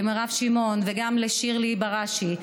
למירב שמעון וגם לשירלי בראשי,